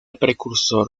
precursor